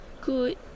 good